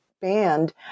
band